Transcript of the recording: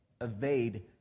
evade